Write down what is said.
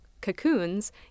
cocoons